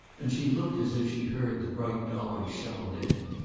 and she looked as if she heard the bright dollars shovelled in.